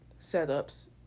setups